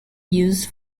used